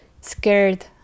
scared